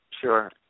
Sure